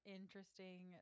interesting